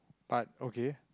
but okay